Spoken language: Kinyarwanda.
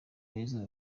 beza